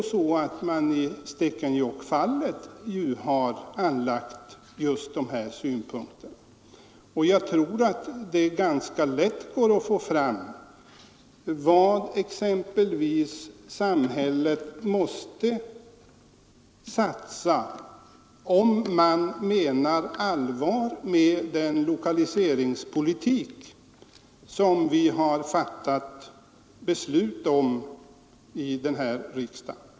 I Stekenjokkfallet har man ändå anlagt just samhällsekonomiska synpunkter, och jag tror att det ganska lätt går att få fram exempelvis vad samhället måste satsa, om man menar allvar med den lokaliseringspolitik som vi har fattat beslut om här i riksdagen.